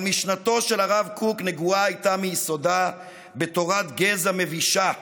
אבל משנתו של הרב קוק נגועה הייתה מיסודה בתורת גזע מבישה,